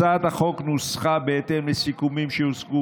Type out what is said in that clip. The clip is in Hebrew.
הצעת החוק נוסחה בהתאם לסיכומים שהושגו